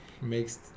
makes